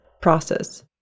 process